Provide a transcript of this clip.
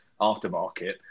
aftermarket